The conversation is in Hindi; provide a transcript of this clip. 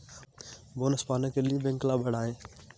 बोनस पाने के लिए बैंक लाभ बढ़ाएं